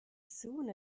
soon